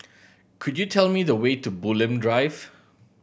could you tell me the way to Bulim Drive